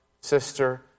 sister